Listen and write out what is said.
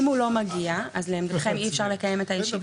אם הוא לא מגיע אז לעמדתכם אי אפשר לקיים את הישיבה?